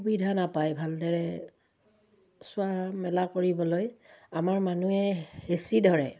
সুবিধা নাপায় ভালদৰে চোৱা মেলা কৰিবলৈ আমাৰ মানুহে হেচি ধৰে